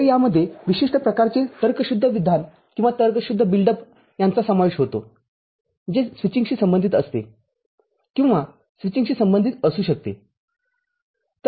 तरयामध्ये विशिष्ट प्रकारचे तर्कशुद्ध विधान किंवा तर्कशुद्ध बिल्ड अप यांचा समावेश होतो जे स्वीचिंगशी संबंधित असते किंवा स्वीचिंगशी संबंधित असू शकते